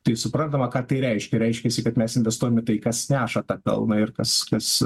tai suprantama ką tai reiškia reiškiasi kad mes investuojam į tai kas neša tą pelną ir kas kas